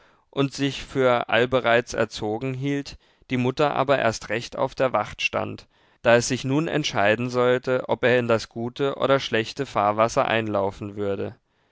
und sich für allbereits erzogen hielt die mutter aber erst recht auf der wacht stand da es sich nun entscheiden sollte ob er in das gute oder schlechte fahrwasser einlaufen würde